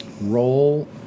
Roll